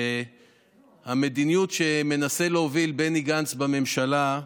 שהמדיניות שמנסה להוביל בני גנץ בממשלה,